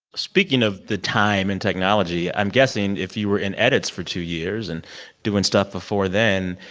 speaking of the time and technology, i'm guessing, if you were in edits for two years and doing stuff before then,